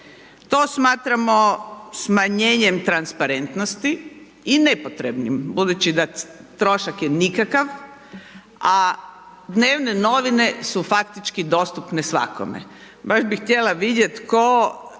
To smatramo smanjenjem transparentnosti i nepotrebnim budući da trošak je nikakav a dnevne novine su faktički dostupne svakome, baš bi htjela vidjet tko